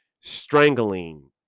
Strangling